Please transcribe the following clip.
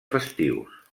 festius